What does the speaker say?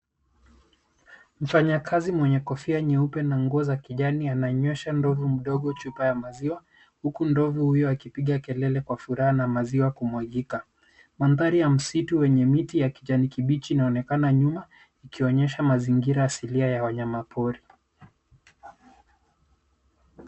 Mfanyakazi mwenye kofia nyeupe na nguo za kijani ananywesha ndovu mdogo chupa ya maziwa huku ndovu huyu akipiga kelele kwa furaha na maziwa kumwagika. Mandhari ya msitu wenye miti ya kijani kibichi inaonekana nyuma ikionyesha mazingira asilia ya wanyamapori.